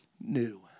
new